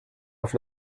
auf